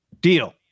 deal